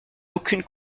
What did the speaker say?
aucune